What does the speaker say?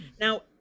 Now